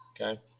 okay